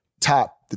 top